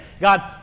God